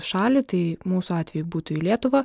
šalį tai mūsų atveju būtų į lietuvą